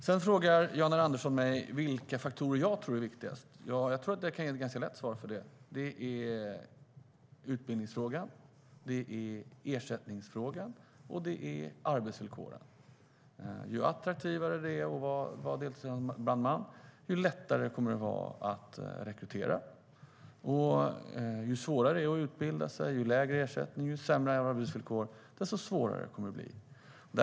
Jan R Andersson frågar vilka faktorer jag tror är viktigast. Jag kan nog ge ett ganska enkelt svar på det. Det är utbildningen, ersättningen och arbetsvillkoren. Ju attraktivare det är att vara deltidsbrandman, desto lättare kommer det att vara att rekrytera. Ju svårare det är att utbilda sig, ju lägre ersättning och ju sämre arbetsvillkor man har desto svårare kommer rekryteringen att bli.